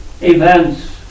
events